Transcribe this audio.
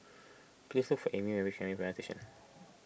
please look for Ami when you reach Station